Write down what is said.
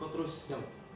kau terus down